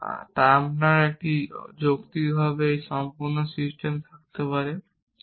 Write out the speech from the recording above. এবং আপনার একটি যৌক্তিকভাবে সম্পূর্ণ সিস্টেম থাকতে পারে